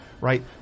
right